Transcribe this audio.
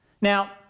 Now